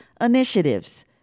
initiatives